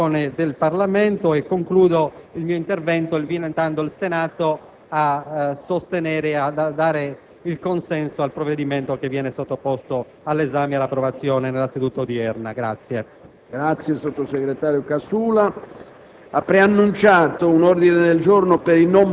dell'entità della manovra che proponiamo all'attenzione del Parlamento e concludo il mio intervento invitando il Senato a dare il consenso al provvedimento che viene sottoposto all'esame e all'approvazione nella seduta odierna.